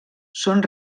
són